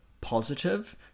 positive